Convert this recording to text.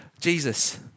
Jesus